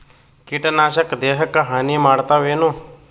ಕೀಟನಾಶಕ ದೇಹಕ್ಕ ಹಾನಿ ಮಾಡತವೇನು?